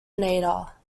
nader